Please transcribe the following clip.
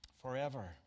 forever